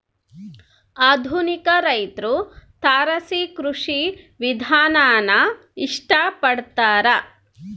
ಆಧುನಿಕ ರೈತ್ರು ತಾರಸಿ ಕೃಷಿ ವಿಧಾನಾನ ಇಷ್ಟ ಪಡ್ತಾರ